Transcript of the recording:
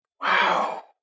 Wow